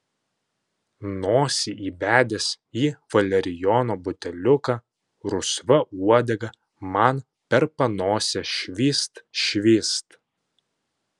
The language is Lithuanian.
nosį įbedęs į valerijono buteliuką rusva uodega man per panosę švyst švyst